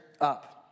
up